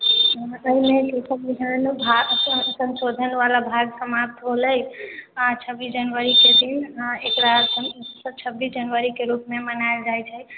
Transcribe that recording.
एहिमे कि सब कि सब भाषा संशोधन बला भाग समाप्त हो लै आ छब्बीस जनवरीके दिन एकरासब छब्बीस जनवरीके रूपमे मनायल जाइ छै